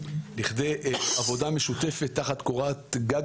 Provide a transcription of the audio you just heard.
לכדי עבודה משותפת תחת קורת גג